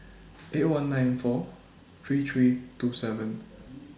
eight one nine four three three two seven